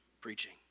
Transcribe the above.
preaching